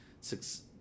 six